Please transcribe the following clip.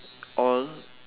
all